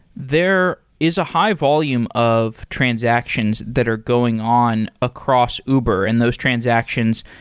there is a high-volume of transactions that are going on across uber, and those transactions,